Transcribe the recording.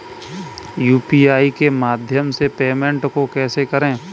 UPI के माध्यम से पेमेंट को कैसे करें?